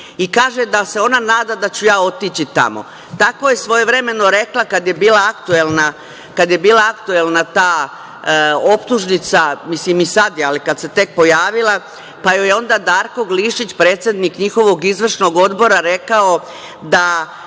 Kaže i da se ona nada da ću ja otići tamo. Tako je svojevremeno rekla kad je bila aktuelna ta optužnica, mislim i sad je, ali kad se tek pojavila, pa joj je onda Darko Glišić, predsednik njihovog izvršnog odbora, rekao da